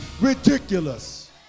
ridiculous